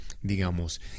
digamos